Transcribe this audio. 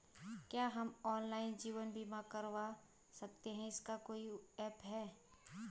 क्या हम ऑनलाइन जीवन बीमा करवा सकते हैं इसका कोई ऐप है?